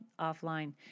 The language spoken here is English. offline